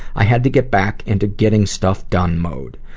i had to get back into getting stuff done mode.